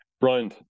Brian